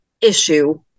issue